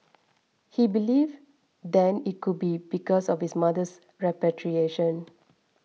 he believed then it could be because of his mother's repatriation